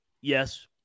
Yes